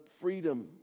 freedom